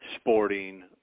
sporting